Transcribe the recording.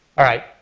alright,